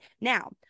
Now